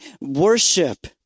worship